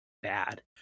bad